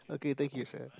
okay thank you sir